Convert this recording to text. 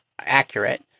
accurate